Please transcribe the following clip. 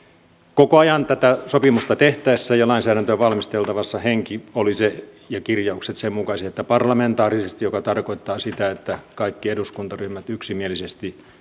koko ajan tätä sopimusta tehtäessä ja lainsäädäntöä valmisteltaessa henki ja kirjaukset olivat sen mukaisia että parlamentaarisesti joka tarkoittaa sitä että kaikki eduskuntaryhmät yksimielisesti